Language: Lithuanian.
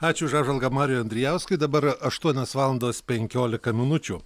ačiū už apžvalgą mariui andrijauskui dabar aštuonios valandos penkiolika minučių